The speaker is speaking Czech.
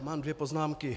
Mám dvě poznámky.